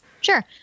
Sure